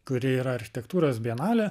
kuri yra architektūros bienalė